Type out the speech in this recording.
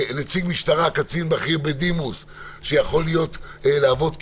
נציג משטרה קצין בכיר בדימוס שיכול להוות כגשר.